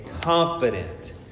confident